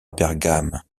bergame